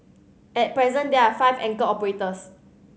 at present there are five anchor operators